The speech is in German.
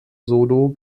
solo